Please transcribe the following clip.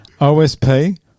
OSP